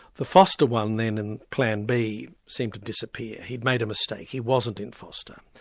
the foster one then in plan b seemed to disappear. he'd made a mistake, he wasn't in foster.